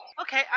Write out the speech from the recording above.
Okay